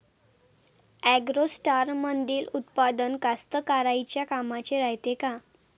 ॲग्रोस्टारमंदील उत्पादन कास्तकाराइच्या कामाचे रायते का?